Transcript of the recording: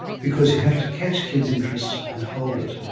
because you have to catch kids' interest and hold it.